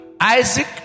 Isaac